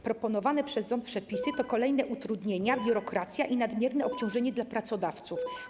Proponowane przez rząd przepisy to kolejne utrudnienia, biurokracja i nadmierne obciążenie dla pracodawców.